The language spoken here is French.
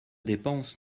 dépenses